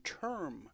term